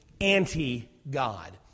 anti-God